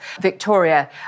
Victoria